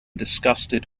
disgusted